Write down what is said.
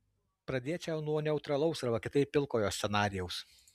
pradėčiau nuo neutralaus arba kitaip pilkojo scenarijaus